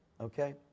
okay